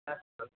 अस्तु